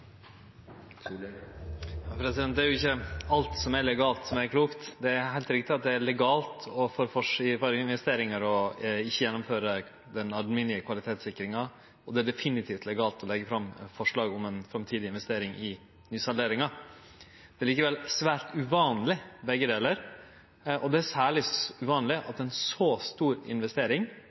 legalt, som er klokt. Det er heilt rett at når det gjeld investeringar, er det legalt å ikkje gjennomføre den alminnelege kvalitetssikringa, og det er definitivt legalt å leggje fram forslag om ei framtidig investering i nysalderinga. Begge delar er likevel svært uvanleg, og det er særleg uvanleg at ei så stor investering